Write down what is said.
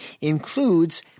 includes